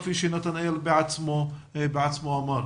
כפי שנתנאל בעצמו אמר.